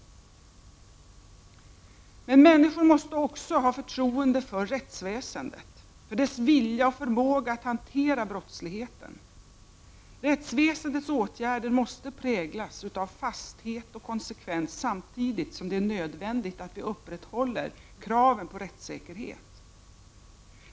Men människor måste också ha förtroende för rättsväsendet, för dess vilja och förmåga att hantera brottsligheten. Rättsväsendets åtgärder måste präglas av fasthet och konsekvens samtidigt som det är nödvändigt att vi upprätthåller kraven på rättssäkerhet.